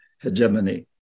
hegemony